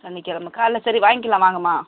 சனிக்கெழமை காலைல சரி வாங்க்கிலாம் வாங்கம்மா